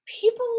People